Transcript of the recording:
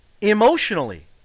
emotionally